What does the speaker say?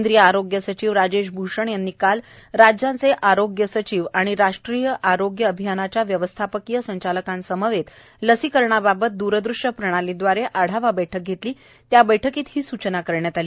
केंद्रीय आरोग्य सचिव राजेश भूषण यांनी काल राज्यांचे आरोग्य सचिव आणि राष्ट्रीय आरोग्य अभियानाच्या व्यवस्थापकीय संचालकांसमवेत लसीकरणाबाबत द्रदृश्य प्रणालीदवारे आढावा बैठक घेतली त्या बैठकीत ही सूचना करण्यात आली